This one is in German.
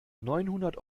neunhundert